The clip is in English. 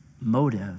motive